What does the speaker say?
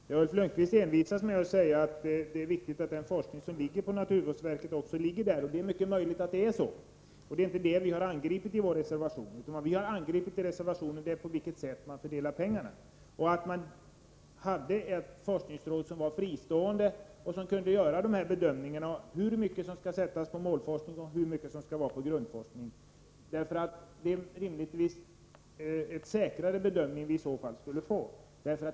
Herr talman! Ulf Lönnqvist envisas med att säga att det är viktigt att den forskning som ligger på naturvårdsverket också ligger där. Det är mycket möjligt att det är så, och det är inte det vi har angripit i vår reservation, utan vad vi har angripit i reservationen är det sätt på vilket man fördelar pengarna. Med ett fristående forskningsråd skulle vi rimligtvis få en säkrare bedömning av hur mycket som skall sättas på målforskning och hur mycket som skall gå till grundforskning.